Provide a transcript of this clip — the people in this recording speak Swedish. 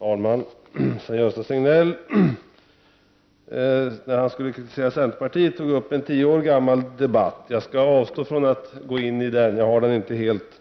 Herr talman! När Sven-Gösta Signell skulle kritisera centerpartiet tog han upp en tio år gammal debatt. Jag skall avstå från att gå in i den. Jag har den inte helt